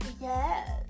yes